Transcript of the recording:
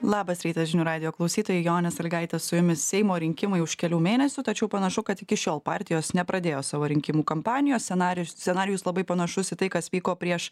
labas rytas žinių radijo klausytojai jonė salygaitė su jumis seimo rinkimai už kelių mėnesių tačiau panašu kad iki šiol partijos nepradėjo savo rinkimų kampanijos scenarijus scenarijus labai panašus į tai kas vyko prieš